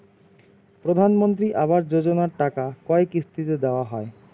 প্রধানমন্ত্রী আবাস যোজনার টাকা কয় কিস্তিতে দেওয়া হয়?